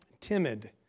timid